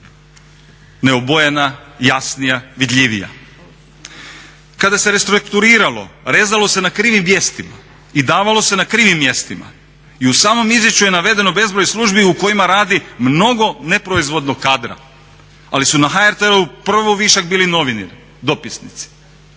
neobojena, jasnija, vidljivija. Kada se restrukturiralo rezalo se na krivim vijestima i davalo se na krivim mjestima. I u samom izvješću je navedeno bezbroj službi u kojima radi mnogo neproizvodnog kadra ali su na HRT-u prvo višak bili novinari, dopisnici.